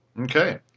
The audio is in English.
Okay